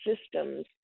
systems